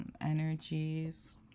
energies